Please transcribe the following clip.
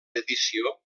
edició